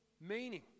meaning